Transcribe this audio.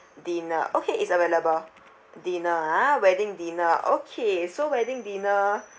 dinner okay it's available dinner ah wedding dinner okay so wedding dinner